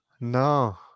No